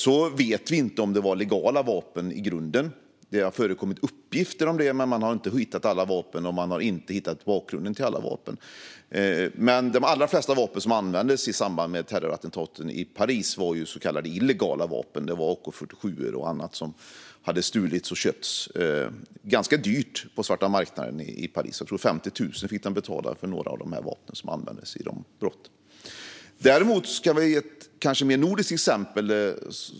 Vi vet inte om det var legala vapen i grunden. Det har förekommit uppgifter om det. Men man har inte hittat alla vapen, och man har inte hittat bakgrunden till alla vapen. De allra flesta vapen som användes i samband med terrorattentaten i Paris var så kallade illegala vapen. Det var AK-47:or och annat som hade stulits och köpts ganska dyrt på svarta marknaden i Paris. Jag tror att de fick betala 50 000 för några av de vapen som användes vid de brotten. Däremot finns det ett nordiskt exempel.